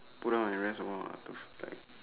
put down and rest a while lah to slack